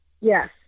Yes